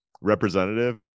representative